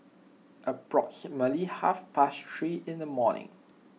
approximately half past three in the morning